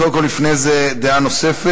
קודם כול, לפני זה דעה נוספת.